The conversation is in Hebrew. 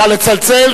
נא לצלצל,